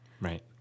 Right